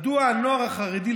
מדוע לנוער החרדי,